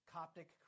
Coptic